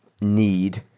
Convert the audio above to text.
need